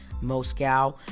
Moscow